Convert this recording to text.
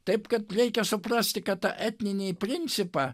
taip kad reikia suprasti kad tą etninį principą